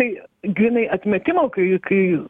tai grynai atmetimo kai kai